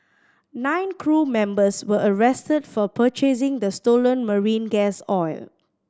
nine crew members were arrested for purchasing the stolen marine gas oil